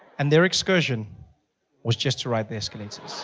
and their excursion was just to ride the escalators.